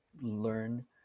learn